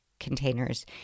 containers